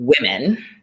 women